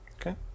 Okay